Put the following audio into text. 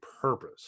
purpose